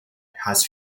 has